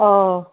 অঁ